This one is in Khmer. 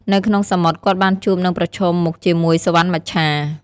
នៅក្នុងសមុទ្រ គាត់បានជួបនឹងប្រឈមមុខជាមួយសុវណ្ណមច្ឆា។